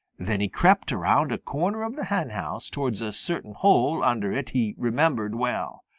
then he crept around a corner of the henhouse towards a certain hole under it he remembered well.